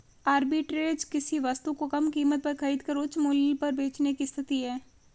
arbitrage किसी वस्तु को कम कीमत पर खरीद कर उच्च मूल्य पर बेचने की स्थिति है